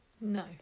No